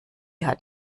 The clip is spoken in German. hat